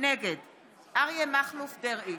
נגד אריה מכלוף דרעי,